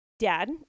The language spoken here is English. dad